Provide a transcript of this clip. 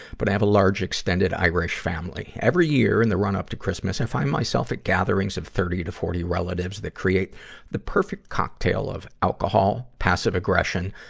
but i have a large extended irish family. every year, in the run-up to christmas, i find myself at gatherings of thirty to forty relatives that create the perfect cocktail of alcohol, passive aggression,